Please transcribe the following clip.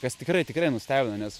kas tikrai tikrai nustebino nes